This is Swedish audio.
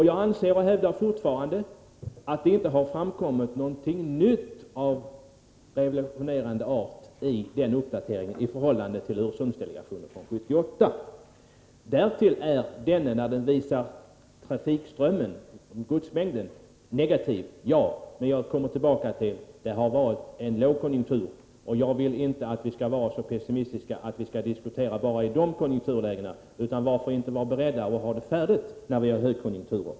Jag anser och hävdar fortfarande att det inte har framkommit någonting nytt av revolutionerande art när det gäller den uppdateringen i förhållande till Öresundsdelegationen från 1978. Öresundsdelegationen är negativ när det gäller trafikströmmen och godsmängden — det är riktigt. Men jag kommer tillbaka till att det har varit en lågkonjunktur, och jag vill inte att vi skall vara så pessimistiska att vi skall diskutera bara utifrån sådana konjunkturlägen. Varför inte vara beredda att ha det färdigt när vi har högkonjunkturer.